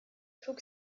trug